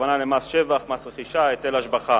הכוונה למס שבח, מס רכישה, היטל השבחה.